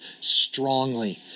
strongly